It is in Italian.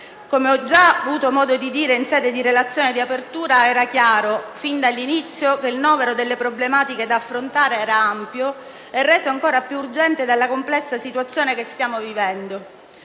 Come ho già avuto modo di dire in sede di relazione, era chiaro fin dall'inizio che il novero delle problematiche da affrontare era ampio e reso ancora più urgente della complessa situazione che stiamo vivendo.